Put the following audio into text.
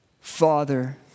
Father